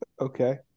Okay